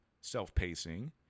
self-pacing